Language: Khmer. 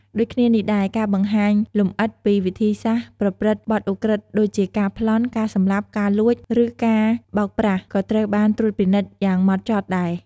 ដូចគ្នានេះដែរ ការបង្ហាញលម្អិតពីវិធីសាស្ត្រប្រព្រឹត្តបទឧក្រិដ្ឋដូចជាការប្លន់ ការសម្លាប់ ការលួច ឬការបោកប្រាស់ ក៏ត្រូវបានត្រួតពិនិត្យយ៉ាងហ្មត់ចត់ដែរ។